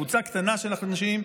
קבוצה קטנה של אנשים,